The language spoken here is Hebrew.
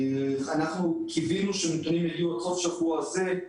אנחנו קיווינו שהנתונים יגיעו בסוף השבוע הזה.